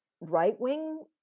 right-wing